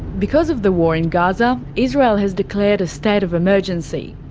because of the war in gaza, israel has declared a state of emergency.